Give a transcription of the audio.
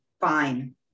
fine